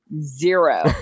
Zero